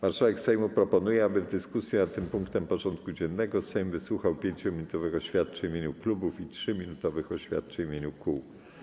Marszałek Sejmu proponuje, aby w dyskusji nad tym punktem porządku dziennego Sejm wysłuchał 5-minutowych oświadczeń w imieniu klubów i 3-minutowych oświadczeń w imieniu kół.